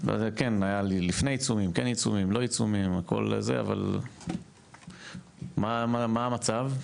לפני עיצומים, לא עיצומים, הכול זה, אבל מה המצב?